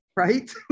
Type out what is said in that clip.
right